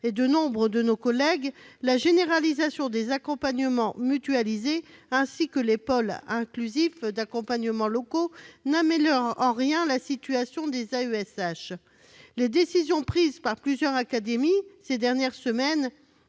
et de nombre de nos collègues, la généralisation des accompagnements mutualisés ainsi que des pôles inclusifs d'accompagnement locaux n'améliorent en rien la situation des AESH. Les décisions prises par plusieurs académies ces dernières semaines